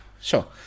Sure